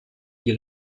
die